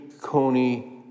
Coney